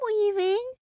weaving